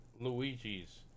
Luigi's